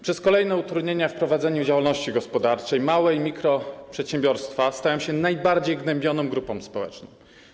Przez kolejne utrudnienia w prowadzeniu działalności gospodarczej małe i mikroprzedsiębiorstwa stają się najbardziej gnębioną grupą społeczną.